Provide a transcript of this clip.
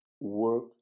Work